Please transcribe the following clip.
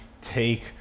take